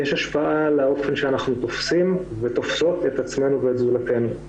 יש השפעה על האופן שבו אנחנו תופסים ותופסות את עצמנו ואת זולתנו.